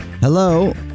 Hello